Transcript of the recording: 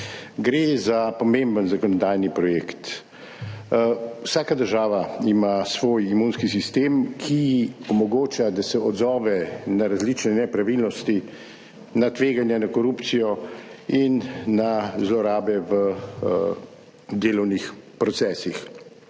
Gre za pomemben zakonodajni projekt. Vsaka država ima svoj imunski sistem, ki ji omogoča, da se odzove na različne nepravilnosti, na tveganja, na korupcijo in na zlorabe v delovnih procesih.